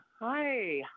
Hi